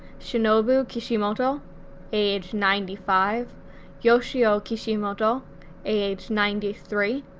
shinobu kishimoto age ninety five yoshio kishimoto age ninety three,